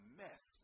mess